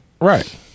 Right